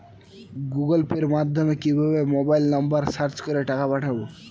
Google Pay মাধ্যমে কিভাবে mobile number search করে টাকা পাঠাবো?